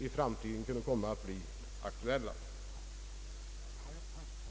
i framtiden kunde bli aktuella även på detta område.